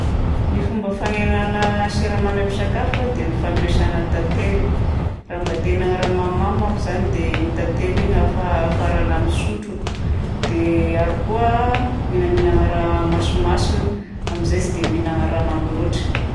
Ny fomba fagnenana siramamy amin'ny sakafo a dia ny fampiasana tantely. Raha mba te ihinana mamimamy manko izany dia iny tantely iny efa hafa- hafarana amin'ny sotro. Dia ary koa mila mihinana raha masimasina amin'izay tsy dia mihinana raha mamy loatry.